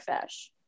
fish